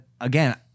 again